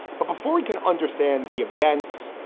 but before we can understand the events,